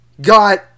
got